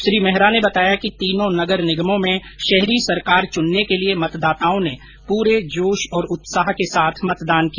श्री मेहरा ने बताया कि तीनों नगर निगमों में शहरी सरकार च्चनने के लिए मतदाताओं ने पूरे जोश और उत्साह के साथ मतदान किया